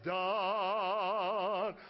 done